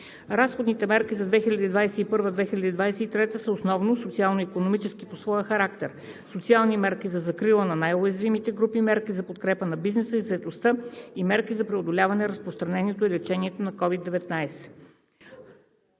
Разходните мерки за периода 2021 – 2023 г. са основно социално-икономически по своя характер: социални мерки за закрила на най-уязвимите групи, мерки за подкрепа на бизнеса и заетостта и мерки за преодоляване разпространението и за лечение на COVID-19.